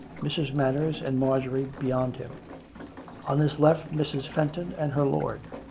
mrs, manners and marjorie beyond him on his left, mrs. fenton and her lord.